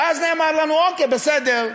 ואז נאמר לנו: אוקיי, בסדר,